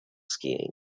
skiing